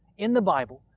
in the bible,